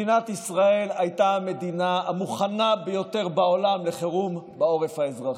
מדינת ישראל הייתה המדינה המוכנה ביותר בעולם לחירום בעורף האזרחי.